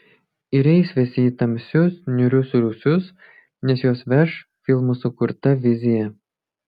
ir eis visi į tamsius niūrius rūsius nes juos veš filmų sukurta vizija